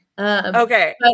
Okay